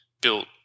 built